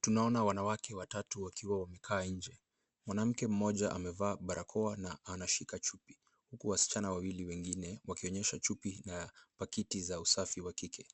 Tunaona wanawake watatu wakiwa wamekaa nje. Mwanamke mmoja amevaa barakoa na anashika chupi, huku wasichana wengine wawili wakionyesha chupi na pakiti za usafi wa kike.